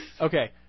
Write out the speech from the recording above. Okay